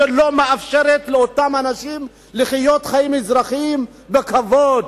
שלא מאפשרת להם לחיות חיים אזרחיים בכבוד.